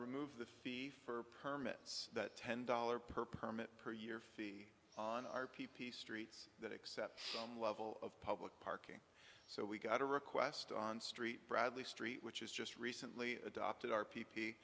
remove the fee for permits that ten dollars per permit per year fee on our p p streets that except some level of public parking so we got a request on st bradley street which is just recently adopted our p p